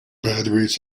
batteries